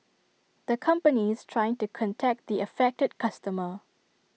the company is trying to contact the affected customer